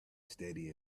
steady